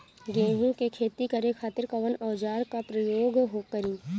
गेहूं के खेती करे खातिर कवन औजार के प्रयोग करी?